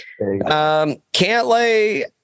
Cantlay